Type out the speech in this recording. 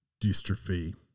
Dystrophy